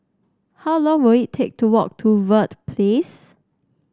how long will it take to walk to Verde Place